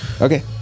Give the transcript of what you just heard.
Okay